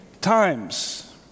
times